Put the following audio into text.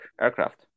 aircraft